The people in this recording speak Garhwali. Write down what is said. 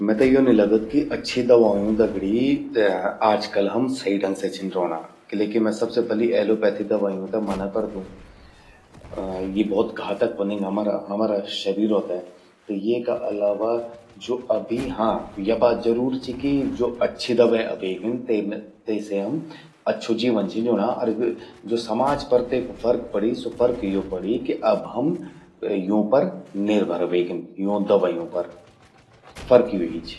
मेते यो नि लगद कि अच्छी दवाओं दगड़ि आजकल हम सही ढंग से छिन रौंणा। किलेकि मैं सबसे पलि एलोपैथी दवयूं ते मना करदू। यी भौत घातक व्हंदिन हमरा, हमरा शरीरो ते। त येका अलावा जो अभी हां, या बात जरूर चि कि ज्वो अच्छी दवै अब एगिन तेसे हम अच्छू जीवन छिन ज्यूणां अर ज्वो समाज पर तेकु फर्क पड़ि, स्वो फर्क यो पड़ि कि अब हम यूं पर निर्भर व्हेगिन। यूं दवायूं पर, फर्क यो ही चि।